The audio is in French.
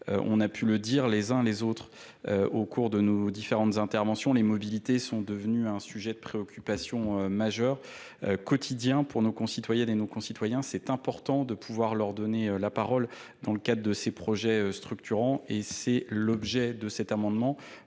précieuse les uns les autres au cours de nos différentes interventions. Les mobilités sont devenues un sujet de préoccupation majeur, quotidien pour nos concitoyennes et nos concitoyens, c'est important de pouvoir leur donner la parole dans le cadre de ces projets structurants et c'est l'objet de cet amendement,